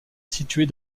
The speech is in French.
située